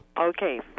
Okay